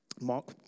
Mark